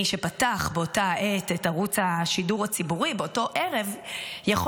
מי שפתח באותה עת את ערוץ השידור הציבורי באותו ערב יכול